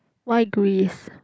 why Greece